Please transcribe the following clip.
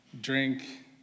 drink